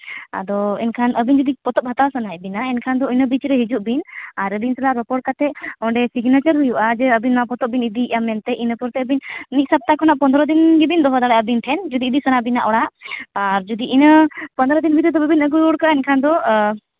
ᱟᱫᱚ ᱮᱱᱠᱷᱟᱱ ᱟᱹᱵᱤᱱ ᱡᱩᱫᱤ ᱯᱚᱛᱚᱵ ᱦᱟᱛᱟᱣ ᱥᱟᱱᱟᱭᱮᱫ ᱵᱮᱱᱟ ᱮᱱᱠᱷᱟᱱ ᱤᱱᱟᱹ ᱵᱤᱪ ᱨᱮ ᱦᱤᱡᱩᱜ ᱵᱤᱱ ᱟᱨ ᱟᱹᱞᱤᱧ ᱥᱟᱞᱟᱜ ᱨᱚᱯᱚᱲ ᱠᱟᱛᱮᱫ ᱚᱸᱰᱮ ᱥᱤᱜᱽᱱᱮᱪᱟᱨ ᱦᱩᱭᱩᱜᱼᱟ ᱟᱨ ᱡᱮ ᱟᱵᱤᱱ ᱱᱚᱣᱟ ᱯᱚᱛᱚᱵᱽ ᱵᱤᱱ ᱤᱫᱤᱭᱮᱜᱼᱟ ᱢᱮᱱᱛᱮᱫ ᱤᱱᱟᱹ ᱠᱟᱛᱮᱫ ᱟᱹᱵᱤᱱ ᱢᱤᱫ ᱥᱚᱯᱛᱟᱦᱚ ᱠᱷᱚᱱ ᱯᱚᱸᱫᱽᱨᱚ ᱫᱤᱱ ᱜᱮᱵᱤᱱ ᱫᱚᱦᱚ ᱫᱟᱲᱮᱭᱟᱜᱼᱟ ᱟᱹᱵᱤᱱ ᱴᱷᱮᱱ ᱡᱩᱫᱤ ᱤᱜᱤ ᱥᱟᱱᱟ ᱵᱤᱱᱟ ᱚᱲᱟᱜ ᱟᱨ ᱡᱩᱫᱤ ᱤᱱᱟᱹ ᱯᱚᱸᱫᱽᱯᱨᱚ ᱫᱤᱱ ᱵᱷᱤᱛᱤᱨ ᱛᱮ ᱵᱟᱹᱵᱤᱱ ᱟᱹᱜᱩ ᱠᱟᱜᱼᱟ ᱮᱱᱠᱷᱟᱱ ᱫᱚ